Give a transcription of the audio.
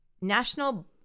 National